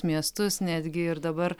miestus netgi ir dabar